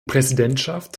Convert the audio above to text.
präsidentschaft